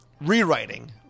Rewriting